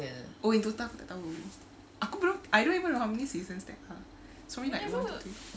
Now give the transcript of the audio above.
oh yang total aku tak tahu aku belum I don't even know how many seasons there are sorry